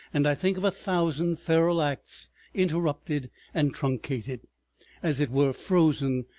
and i think of a thousand feral acts interrupted and truncated as it were frozen,